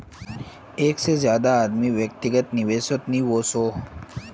एक से ज्यादा आदमी व्यक्तिगत निवेसोत नि वोसोह